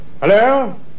Hello